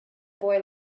boy